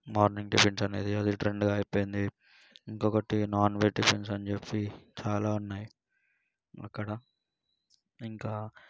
morning tiffins అనేది అది ట్రెండ్గా అయిపోయింది ఇంకొకటి నాన్ వెజ్ టిఫిన్స్ అని చెప్పి చాలా ఉన్నాయి అక్కడ ఇంకా